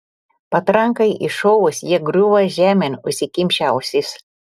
patrankai iššovus jie griūva žemėn užsikimšę ausis